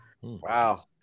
Wow